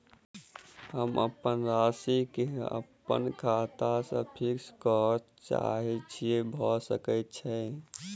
हम अप्पन राशि केँ अप्पन खाता सँ फिक्स करऽ चाहै छी भऽ सकै छै?